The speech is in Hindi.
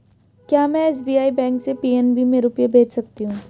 क्या में एस.बी.आई बैंक से पी.एन.बी में रुपये भेज सकती हूँ?